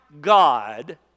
God